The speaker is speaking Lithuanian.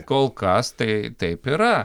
kol kas tai taip yra